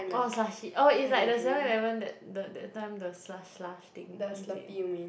oh slushie oh is like the seven eleven that the that time the slush slush thing is it